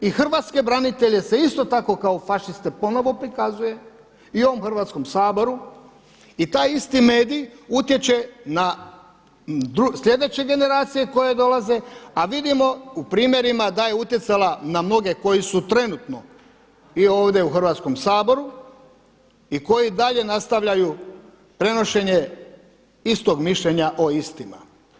I hrvatske branitelje se isto tako kao fašiste ponovo prikazuje i u ovom Hrvatskom saboru i taj isti mediji utječe na sljedeće generacije koje dolaze a vidimo u primjerima da je utjecala na mnoge koji su trenutno i ovdje u Hrvatskom saboru i koji dalje nastavljaju prenošenje istog mišljenja o istima.